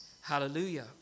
Hallelujah